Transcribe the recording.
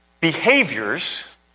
Behaviors